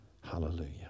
Hallelujah